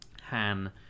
Han